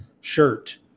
shirt